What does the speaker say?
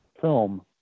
film